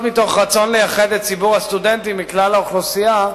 מתוך רצון לייחד את ציבור הסטודנטים מכלל האוכלוסייה,